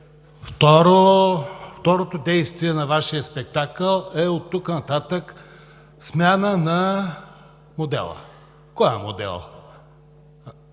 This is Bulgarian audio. Второто действие на Вашия спектакъл е оттук нататък – смяна на модела. Кой е моделът?